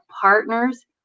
partners